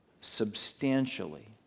substantially